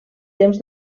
temps